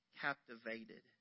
captivated